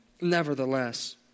Nevertheless